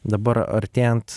dabar artėjant